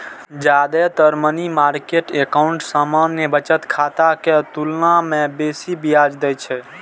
जादेतर money market account सामान्य बचत खाता के तुलना मे बेसी ब्याज दै छै